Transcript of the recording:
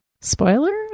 Spoiler